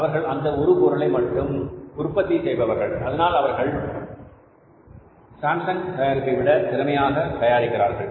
அவர்கள் அந்த ஒரு பொருளை மட்டும் உற்பத்தி செய்பவர்கள் அதனால் அவர்கள் சாம்சங் தயாரிப்பை விட திறமையாக தயாரிக்கிறார்கள்